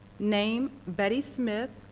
name, betty smith,